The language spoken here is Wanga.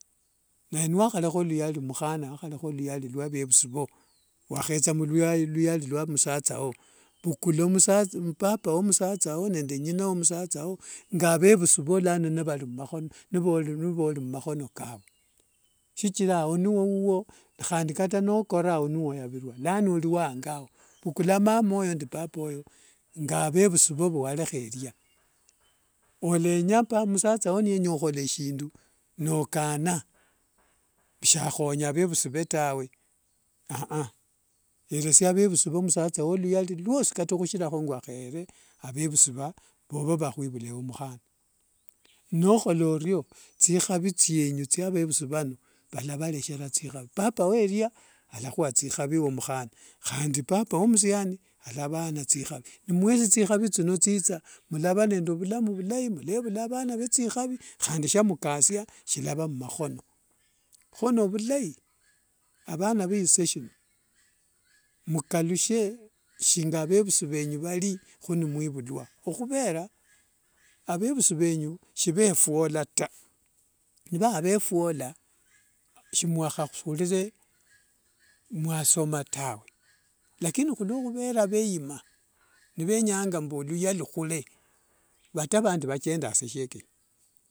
Naye niwahalekha luhyali mukhana wakhala luhyali lwa vemusi voo, wahetha luhyali lua msathawo mukhula musatha papa wa musathawo nengina wa musathawo ngavevusiwo lano nivali mumakhono makhono kavu. Shichira ao niowuwo nihandi kata nokora ao niwoyavirua lano oli wangao. Vukula mamayo nende papayo ngavevusiyo vuwalekhelia. Olenya musathao nienya khuhola shindu nokana mbushakhonya vevusi vee tawe yeresia vevusi va musathawo luhyali luosi kata hushiraho ngawahayere avevusi vo vahwivula ewe mukhana. Nokholq orio thikhavi thienyu thia vevusi vano valavalehera thikhavi. Papa welia alakhua thikhavi wemukhana khandi papa wamusiani yalava vana thikhavi nimuesi thikhavi thino nithitha mulava nde vulamu vulai mulevula vana vethikhavi khandi sia mukasia silava mumakhono kho novulai vana va sishe shino mukalushe shinga vevusi venyu vari khunimwivulwa okhuvera avevusi venyu shivefuola taa nivava vefuola si mwakhakhurire mwasoma tawe lakini khuluokhuvera veima nivenyanga mbu luya lukhure vata vandi vachendanga shiekenye.